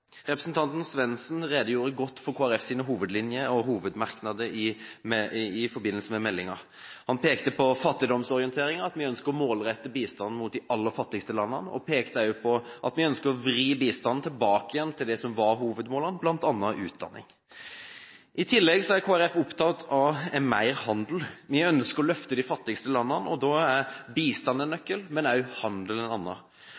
Representanten Svendsen redegjorde godt for Kristelig Folkepartis hovedlinjer og hovedmerknader i forbindelse med meldingen. Han pekte på fattigdomsorienteringen, at vi ønsker å målrette bistanden mot de aller fattigste landene. Han pekte også på at vi ønsker å vri bistanden tilbake igjen til det som var hovedmålene, bl.a. utdanning. I tillegg er Kristelig Folkeparti opptatt av mer handel. Vi ønsker å løfte de fattigste landene. Da er bistand